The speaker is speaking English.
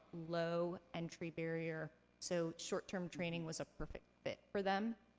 low entry barrier, so short-term training was a perfect fit for them.